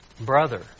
brother